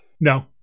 No